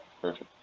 perfect